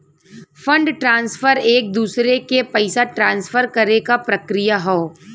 fund transfer एक दूसरे के पइसा ट्रांसफर करे क प्रक्रिया हौ